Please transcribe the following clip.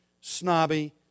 snobby